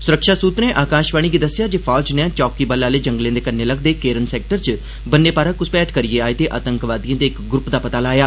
सुरक्षा सुत्रे आकाशवाणी गी दस्सेआ जे फौज नै चौकीबल आले जंगलें दे कन्नै लगदे केरन सैक्टर च बन्ने पारा घ्रसपैठ करियै आए दे आतंकवादिएं दे इक ग्रूप दा पता लाया